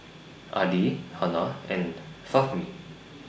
Adi Hana and Fahmi